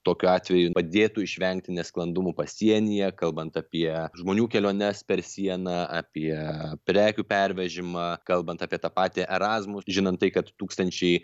tokiu atveju padėtų išvengti nesklandumų pasienyje kalbant apie žmonių keliones per sieną apie prekių pervežimą kalbant apie tą patį erasmus žinant tai kad tūkstančiai